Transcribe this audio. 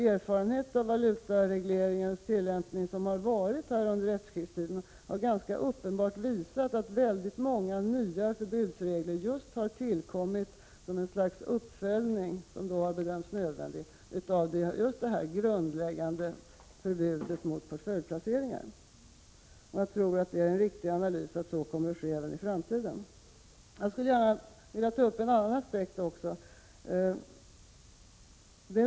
Erfarenheter av valutaregleringens tillämpning under efterkrigstiden har ganska uppenbart visat att många förbudsregler just tillkommit som ett slags uppföljning som då har bedömts nödvändig när det gäller det grundläggande förbudet mot portföljinvesteringar. Jag tror att det är en riktig analys och att så kommer att ske även i framtiden. Jag skulle också gärna vilja ta upp en annan aspekt.